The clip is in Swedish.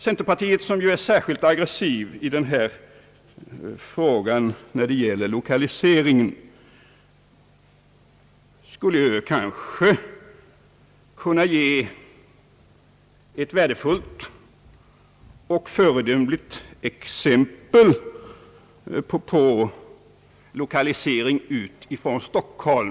Centerpartiet — som ju är särskilt aggressivt i lokaliseringsfrågor — skulle kanske kunna ge ett värdefullt och föredömligt exempel på lokalisering bort från Stockholm.